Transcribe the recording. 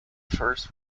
first